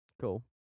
Cool